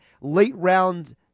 late-round